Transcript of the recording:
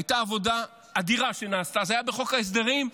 הייתה עבודה אדירה שנעשתה, זה היה בחוק ההסדרים.